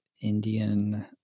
indian